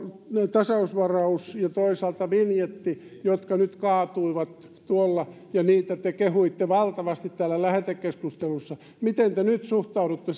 tasausvaraus ja toisaalta vinjetti nyt kaatuivat tuolla ja niitä te kehuitte valtavasti täällä lähetekeskustelussa miten te nyt suhtaudutte